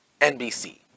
NBC